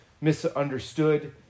misunderstood